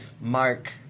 Mark